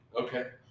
Okay